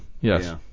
yes